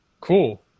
Cool